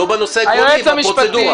לא בנושא העקרוני, בפרוצדורה.